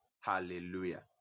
Hallelujah